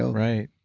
so right.